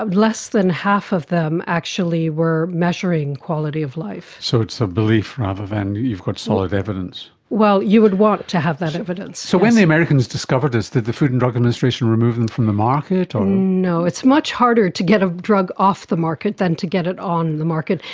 less than half of them actually were measuring quality of life. so it's a belief rather than you've got solid evidence. well, you would want to have that evidence. so when the americans discovered this, did the food and drug administration remove them from the market? no, it's much harder to get a drug off the market than to get it on the market.